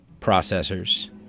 processors